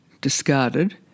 discarded